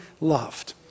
loved